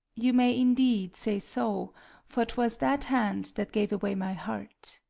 you may, indeed, say so for twas that hand that gave away my heart.